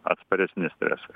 atsparesni stresui